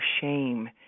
shame